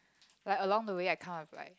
like along the way I kind of like